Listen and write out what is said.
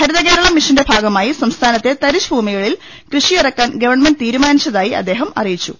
ഹരിതകേരളം മിഷന്റെ ഭാഗമായി സംസ്ഥാനത്തെ തരിശ്ഭൂമികളിൽ കൃഷിയിറക്കാൻ ഗവൺമെന്റ് തീരുമാ നിച്ചതായി അദ്ദേഹം അറിയിച്ചു